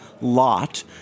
lot